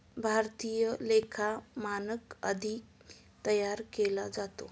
भारतीय लेखा मानक कधी तयार केले जाते?